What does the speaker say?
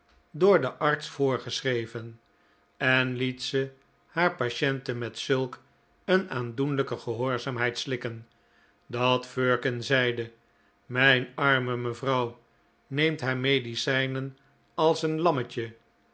door den arts voorgeschreven en liet ze haar patiente met zulk een aandoenlijke gehoorzaamheid slikken dat firkin zeide mijn arme mevrouw neemt haar medicijnen als een lammetje